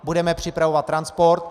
Budeme připravovat transport.